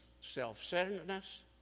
self-centeredness